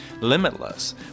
limitless